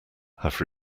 have